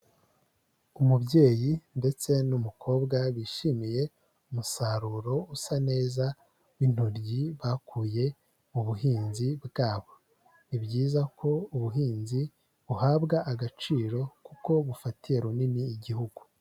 Umubyeyi ndetse n'umukobwa bishimiye umusaruro usa neza w'intoryi bakuye mu buhinzi bwabo, ni byiza ko ubuhinzi buhabwa agaciro kuko bufatiye runini igihugu.